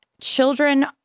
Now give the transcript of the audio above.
children